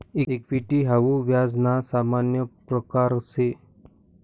equity हाऊ व्याज ना सामान्य प्रकारसे